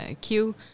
queue